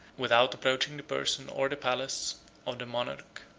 without approaching the person or the palace of the monarch,